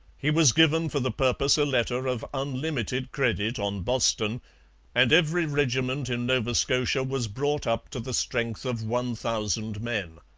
he was given for the purpose a letter of unlimited credit on boston and every regiment in nova scotia was brought up to the strength of one thousand men.